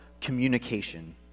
communication